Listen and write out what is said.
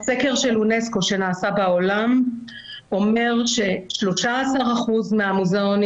סקר של אונסק"ו שנעשה בעולם אומר ש-13% מהמוזיאונים